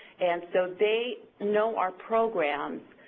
and so they know our programs,